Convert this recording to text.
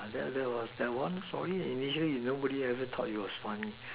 that that was that one for me initially nobody ever thought that it was funny